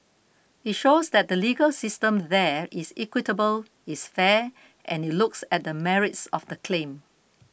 it shows that the legal system there is equitable it's fair and it looks at the merits of the claim